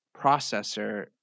processor